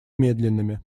медленными